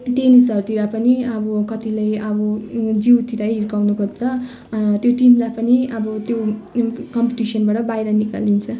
टेनिसहरूतिर पनि अब कतिलाई अब जिउतिरै हिर्काउनु खोज्छ त्यो टिमलाई पनि अब त्यो कम्पिटिनबाट बाहिर निकालिदिन्छ